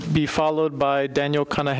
b followed by daniel kind of